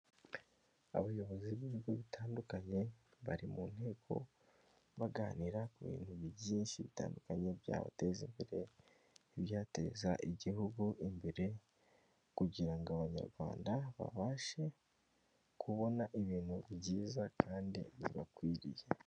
Abayobozi b'ibigo bitandukanye bari mu nteko baganira ibintu byinshi bitandukanye byabateza imbere n'ibyateza igihugu imbere kugira ngo abanyarwanda babashe kubona ibintu byiza kandi bibakwiriye.